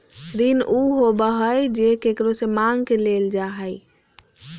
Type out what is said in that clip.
ऋण उ होबा हइ जे केकरो से माँग के लेल जा हइ